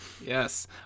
Yes